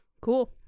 Cool